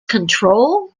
control